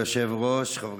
כולה, ואני חושבת